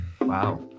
Wow